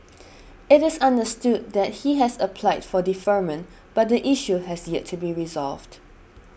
it is understood that he has applied for deferment but the issue has yet to be resolved